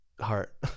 heart